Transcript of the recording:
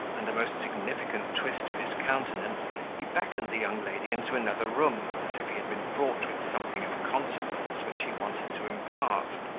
and a most significant twist of his countenance he beckoned the young lady into another room as if he had been fraught with something of consequence, which he wanted to impart.